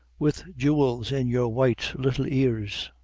with jewels in your white little ears,